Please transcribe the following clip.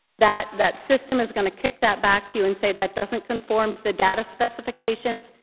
that that system is going to kick that back to you and say, that doesn't conform to the data specifications.